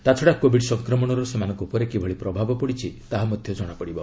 ତା'ଛଡ଼ା କୋବିଡ୍ ସଂକ୍ରମଣର ସେମାନଙ୍କ ଉପରେ କିଭଳି ପ୍ରଭାବ ପଡ଼ିଛି ତାହା ମଧ୍ୟ ଜଣାପଡ଼ିବ